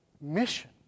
mission